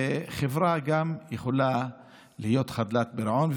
וחברה גם יכולה להיות חדלת פירעון.